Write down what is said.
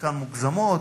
חלקן מוגזמות,